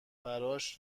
براش